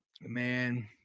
man